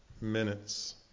Minutes